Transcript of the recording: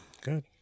Good